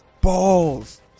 balls